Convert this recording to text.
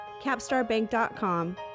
capstarbank.com